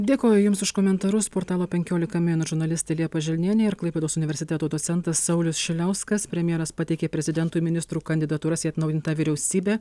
dėkoju jums už komentarus portalo penkiolika min žurnalistė liepa želnienė ir klaipėdos universiteto docentas saulius šiliauskas premjeras pateikė prezidentui ministrų kandidatūras į atnaujintą vyriausybę